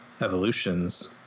evolutions